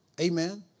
Amen